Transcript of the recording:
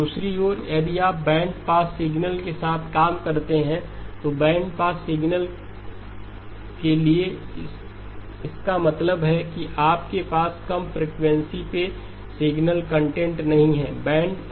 दूसरी ओर यदि आप बैंडपास सिग्नल के साथ काम कर रहे हैं तो बैंडपास सिग्नल के लिए इसका मतलब है कि आपके पास कम फ्रिकवेंसी पे सिग्नल कंटेंट नहीं है